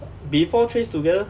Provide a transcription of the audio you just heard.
before trace together